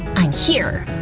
i'm here!